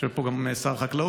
יושב פה גם שר החקלאות,